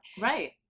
right